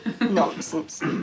Nonsense